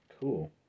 Cool